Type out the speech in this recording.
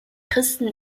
christen